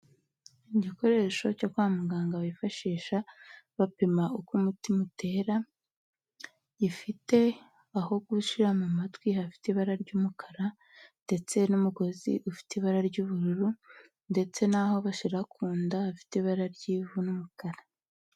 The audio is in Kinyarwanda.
Igikoresho cyo kwa muganga bifashisha bapima uko umutima utera, gifite aho gushira mu matwi hafite ibara ry'umukara ndetse n'umugozi ufite ibara ry'ubururu ndetse n'aho bashira ku nda hafite ibara ry'ivu n'umukara.